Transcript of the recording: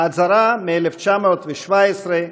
ההצהרה מ-1917,